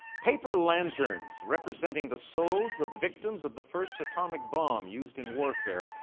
paper lanterns, representing the souls of victims of the first atomic bomb used in warfare,